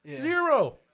Zero